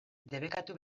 debekatu